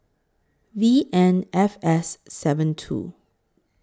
V N F S seven two